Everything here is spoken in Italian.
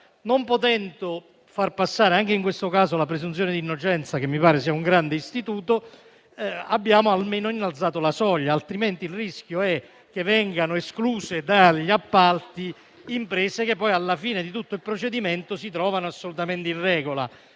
non potendo far passare anche in questo caso la presunzione d'innocenza - che mi pare essere un grande istituto - abbiamo almeno innalzato la soglia. Altrimenti, il rischio è che vengano escluse dagli appalti imprese che alla fine di tutto il procedimento si trovano assolutamente in regola.